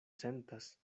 sentas